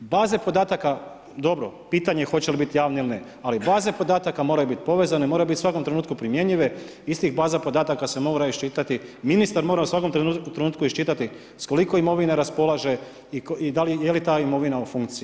Baze podataka dobro pitanje je hoće li biti javne ili ne, ali baze podataka moraju biti povezane, moraju biti u svakom trenutku primjenjive, iz tih baza podataka se mora iščitati, ministar mora u svakom trenutku iščitati s koliko imovine raspolaže i da li je ta imovina u funkciji.